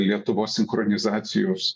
lietuvos sinchronizacijos